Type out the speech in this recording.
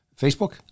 Facebook